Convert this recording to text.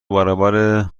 برابر